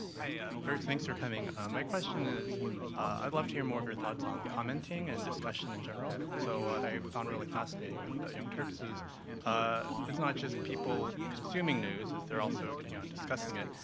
hi, first, thanks for coming. my question is i'd love to hear more of your thoughts on commenting and discussion in general. so what i found really fascinating with the young turks is ah it's not just people consuming news, they're also getting on discussing it.